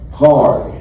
hard